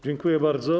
Dziękuję bardzo.